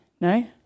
no